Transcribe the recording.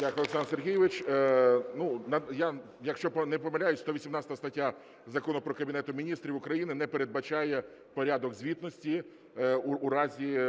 Дякую, Олександр Сергійович. Я якщо не помиляюся, то 18 стаття Закону "Про Кабінет Міністрів України" не передбачає порядок звітності у разі